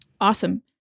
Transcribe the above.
Awesome